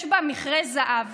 יש בה מכרה זהב